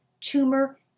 tumor